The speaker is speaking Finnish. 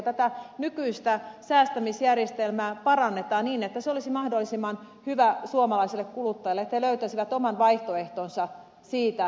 tätä nykyistä säästämisjärjestelmää parannetaan niin että se olisi mahdollisimman hyvä suomalaiselle kuluttajalle että he löytäisivät oman vaihtoehtonsa siitä